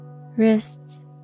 wrists